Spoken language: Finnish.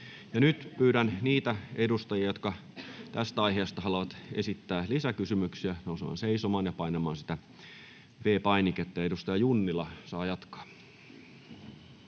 Nyt pyydän niitä edustajia, jotka tästä aiheesta haluavat esittää lisäkysymyksiä, nousemaan seisomaan ja painamaan sitä V-painiketta. — Edustaja Junnila saa jatkaa.